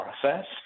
process